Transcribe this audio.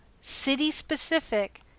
City-specific